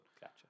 Gotcha